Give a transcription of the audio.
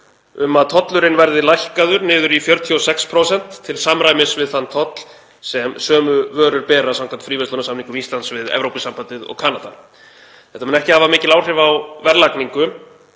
um að tollurinn verði lækkaður niður í 46% til samræmis við þann toll sem sömu vörur bera samkvæmt fríverslunarsamningum Íslands við Evrópusambandið og Kanada. Þetta mun ekki hafa mikil áhrif á verðlagningu